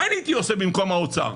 מה אני הייתי עושה במקום האוצר?